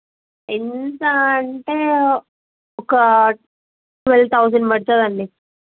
ఎంత అంటే ఒక ట్వేల్వ్ థౌజండ్ పడుతుందండి